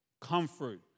comfort